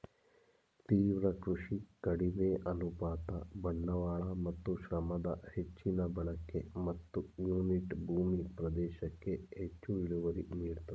ತೀವ್ರ ಕೃಷಿ ಕಡಿಮೆ ಅನುಪಾತ ಬಂಡವಾಳ ಮತ್ತು ಶ್ರಮದ ಹೆಚ್ಚಿನ ಬಳಕೆ ಮತ್ತು ಯೂನಿಟ್ ಭೂ ಪ್ರದೇಶಕ್ಕೆ ಹೆಚ್ಚು ಇಳುವರಿ ನೀಡ್ತದೆ